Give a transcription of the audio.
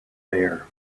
there